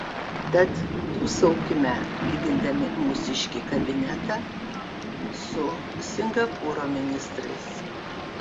tad dūsaukime lygindami mūsiškį kabinetą su singapūro ministrais